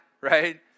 right